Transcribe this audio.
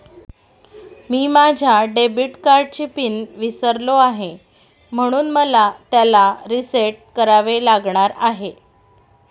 मी माझ्या डेबिट कार्डचा पिन विसरलो आहे म्हणून मला त्याला रीसेट करावे लागणार आहे